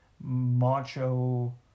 Macho